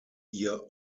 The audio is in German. ihr